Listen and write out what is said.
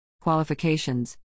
Qualifications